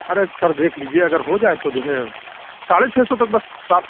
ارے sir دیکھ لیجیے اگر ہو جائے تو جو ہے ساڑھے چھ سو تک بس ساڑھے